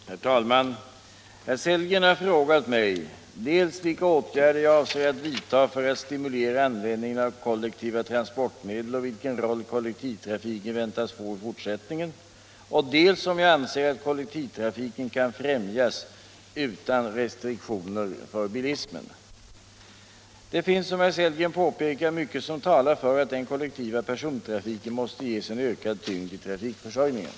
408, och anförde: Herr talman! Herr Sellgren har frågat mig dels vilka åtgärder jag avser att vidta för att stimulera användningen av kollektiva transportmedel och vilken roll kollektivtrafikforskningen väntas få i fortsättningen, dels om jag anser att kollektivtrafiken kan främjas utan restriktioner för bi lismen. Det finns — som herr Sellgren påpekar — mycket som talar för att den — Nr 129 kollektiva persontrafiken måste ges en ökad tyngd i trafikförsörjningen.